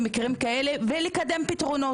כאלה, ולקדם פתרונות.